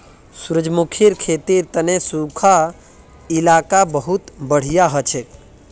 सूरजमुखीर खेतीर तने सुखा इलाका बहुत बढ़िया हछेक